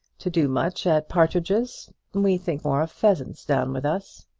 to do much at partridges. we think more of pheasants down with us.